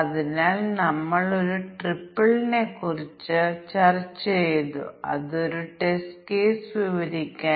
അത് 100 ഉം ഒരു മൂല്യം 1 ഉം എഴുതണം ക്ഷമിക്കണം ഞങ്ങൾ 1 ആയി എഴുതിയിരിക്കണം